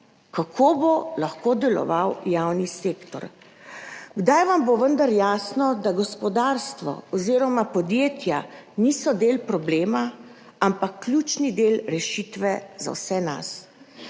Kako bo lahko deloval javni sektor? Kdaj vam bo vendar jasno, da gospodarstvo oziroma podjetja niso del problema, ampak ključni del rešitve za vse nas?